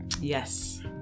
Yes